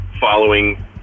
following